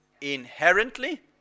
inherently